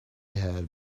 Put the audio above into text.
had